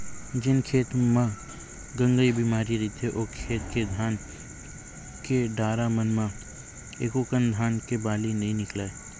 जेन खेत मन म गंगई बेमारी रहिथे ओ खेत के धान के डारा मन म एकोकनक धान के बाली नइ निकलय